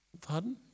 pardon